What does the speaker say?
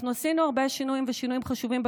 אנחנו עשינו הרבה שינויים בכנסת, ושינויים חשובים,